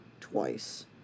twice